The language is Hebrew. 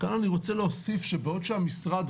כאן אני רוצה להוסיף שבעוד שהמשרד,